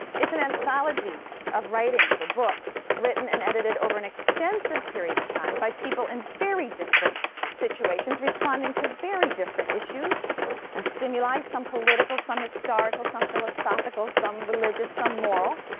it's an anthology of writings or books written and edited over an extensive period of time by people in very different situations responding to very different issues and stimuli, some political, some historical, some philosophical, some religious, some moral.